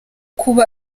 kuba